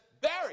Barry